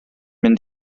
mynd